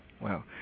Wow